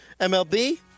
MLB